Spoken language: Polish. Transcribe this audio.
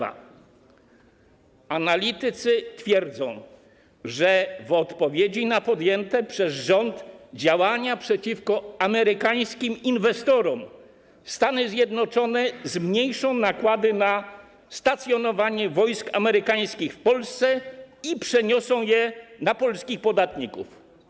Analitycy twierdzą, że w odpowiedzi na podęte przez rząd działania przeciwko amerykańskim inwestorom Stany Zjednoczone zmniejszą nakłady na stacjonowanie wojsk amerykańskich w Polsce i przeniosą je na polskich podatników.